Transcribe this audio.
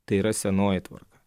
tai yra senoji tvarka